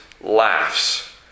laughs